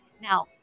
Now